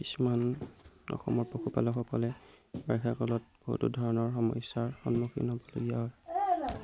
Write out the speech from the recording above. কিছুমান অসমৰ পশুপালকসকলে বাৰিষা কালত বহুতো ধৰণৰ সমস্যাৰ সন্মুখীন হ'বলগীয়া হয়